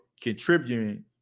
contributing